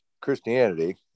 christianity